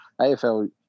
AFL